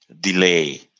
delay